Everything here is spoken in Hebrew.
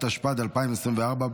התשפ"ד 2024,